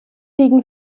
liegen